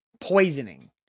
Poisoning